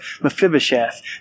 Mephibosheth